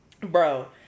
Bro